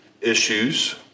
issues